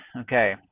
Okay